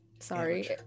Sorry